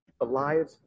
alive